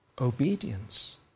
Obedience